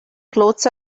clothes